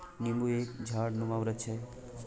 नींबू एक झाड़नुमा वृक्ष है